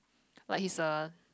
like he's a